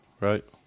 right